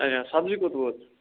اچھا سبزی کوٚت وٲژ